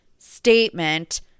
statement